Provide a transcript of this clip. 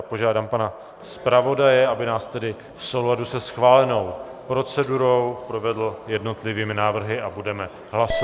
Požádám pana zpravodaje, aby nás tedy v souladu se schválenou procedurou provedl jednotlivými návrhy, a budeme hlasovat.